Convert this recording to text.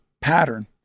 pattern